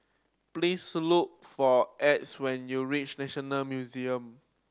please look for Exie when you reach National Museum